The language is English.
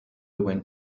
went